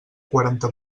quaranta